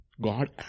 God